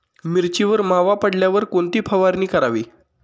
मिरचीवर मावा पडल्यावर कोणती फवारणी करावी?